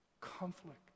conflict